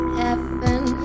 heaven